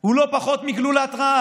הוא לא פחות מגלולת רעל